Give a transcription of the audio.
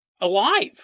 Alive